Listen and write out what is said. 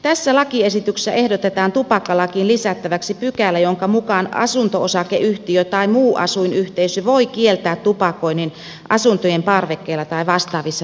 tässä lakiesityksessä ehdotetaan tupakkalakiin lisättäväksi pykälä jonka mukaan asunto osakeyhtiö tai muu asuinyhteisö voi kieltää tupakoinnin asuntojen parvekkeilla tai vastaavissa tiloissa